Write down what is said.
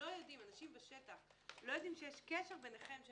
אנשים בשטח לא יודעים שיש קשר ביניכם,